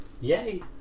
yay